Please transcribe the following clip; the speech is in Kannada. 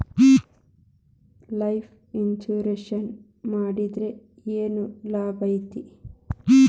ಲೈಫ್ ಇನ್ಸುರೆನ್ಸ್ ಮಾಡ್ಸಿದ್ರ ಏನ್ ಲಾಭೈತಿ?